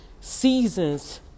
seasons